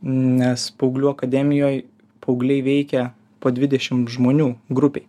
nes paauglių akademijoj paaugliai veikia po dvidešim žmonių grupėj